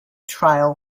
trial